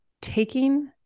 taking